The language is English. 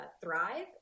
thrive